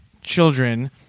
children